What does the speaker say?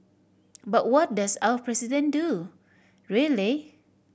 but what does our President do really